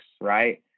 right